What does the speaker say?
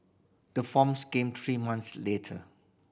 the forms came three months later